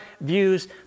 views